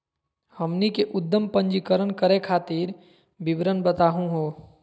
हमनी के उद्यम पंजीकरण करे खातीर विवरण बताही हो?